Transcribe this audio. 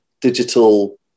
Digital